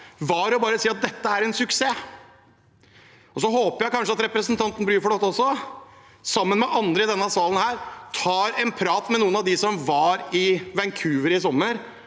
var å si at dette var en suksess. Så håper jeg kanskje at representanten Bruflot også, sammen med andre i denne salen, tar en prat med noen av dem som var i Vancouver i sommer